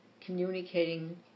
communicating